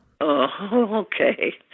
Okay